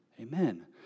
amen